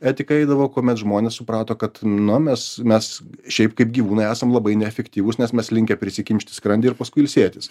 etiką eidavo kuomet žmonės suprato kad nu mes mes šiaip kaip gyvūnai esam labai neefektyvūs nes mes linkę prisikimšti skrandį ir paskui ilsėtis